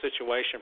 situation